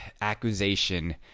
accusation